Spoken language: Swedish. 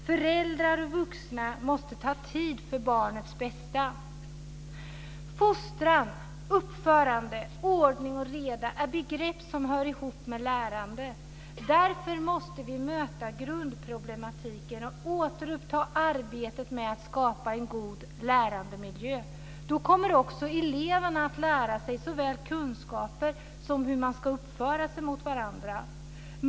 Föräldrar och vuxna måste ta sig tid för barnets bästa. Fostran, uppförande, ordning och reda är begrepp som hör ihop med lärande. Därför måste vi möta grundproblematiken och återuppta arbetet med att skapa en god lärandemiljö. Då kommer också eleverna att lära sig såväl kunskaper som hur man ska uppföra sig mot varandra.